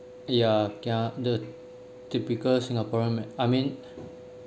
ya ya the typical singaporean I mean